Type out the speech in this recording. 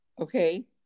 Okay